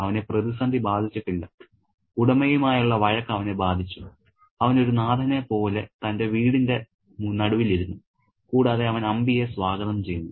അവനെ പ്രതിസന്ധി ബാധിച്ചിട്ടില്ല ഉടമയുമായുള്ള വഴക്ക് അവനെ ബാധിച്ചു അവൻ ഒരു നാഥനെപ്പോലെ തന്റെ വീടിന്റെ നടുവിൽ ഇരുന്നു കൂടാതെ അവൻ അമ്പിയെ സ്വാഗതം ചെയ്യുന്നു